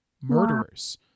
murderers